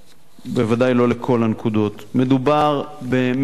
בוודאי לא לכל הנקודות, מדובר במגה-פרויקט.